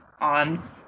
on